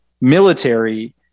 military